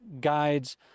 guides